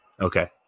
okay